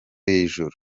ijuru